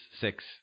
six